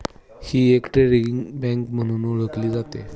ही एक trading bank म्हणून ओळखली जाते